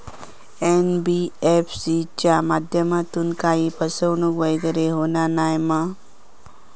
NBFC च्या माध्यमातून काही फसवणूक वगैरे होना नाय मा?